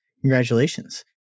Congratulations